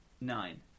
nine